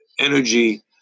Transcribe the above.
energy